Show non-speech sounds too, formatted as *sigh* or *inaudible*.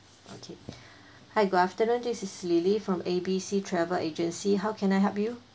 okay *breath* hi good afternoon this is lily from A B C travel agency how can I help you